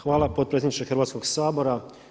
Hvala potpredsjedniče Hrvatskoga sabora.